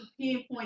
pinpoint